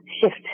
shift